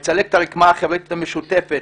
מצלק את הרקמה החברתית המשותפת,